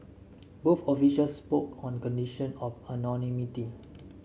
both officials spoke on condition of anonymity